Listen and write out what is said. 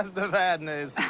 the bad news.